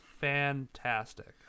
fantastic